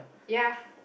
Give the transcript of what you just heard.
ya